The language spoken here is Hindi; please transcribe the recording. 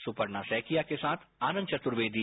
सुपर्णा सेकिया के साथ आनंद चतुर्वेदी